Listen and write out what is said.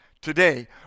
Today